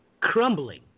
crumbling